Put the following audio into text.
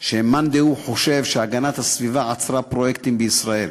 שמאן דהוא חושב שהגנת הסביבה עצרה פרויקטים בישראל.